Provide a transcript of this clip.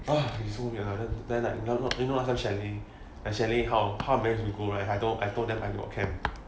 !huh! it's so weird lah then then like last time chalet my chalet I managed to go right I I told them I got camp